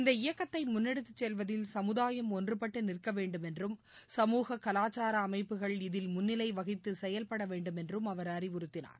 இந்த இயக்கத்தை முன்னெடுத்து செல்வதில் சமுதாயம் ஒன்றுபட்டு நிற்க வேண்டும் என்றும் சமூக கலாச்சார அமைப்புகள் இதில் முன்னிலை வகித்து செயல்பட வேண்டுமென்றும் அவர் அறிவுறத்தினார்